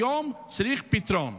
היום צריך פתרון.